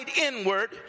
inward